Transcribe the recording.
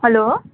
hello